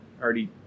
already